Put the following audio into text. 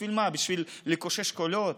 בשביל מה, בשביל לקושש קולות?